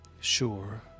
sure